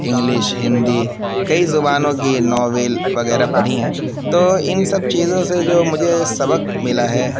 English Hindi کئی زبانوں کی ناول وغیرہ پڑھی ہیں تو ان سب چیزوں سے جو مجھے سبق ملا ہے